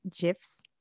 GIFs